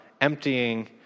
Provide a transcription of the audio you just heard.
emptying